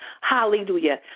Hallelujah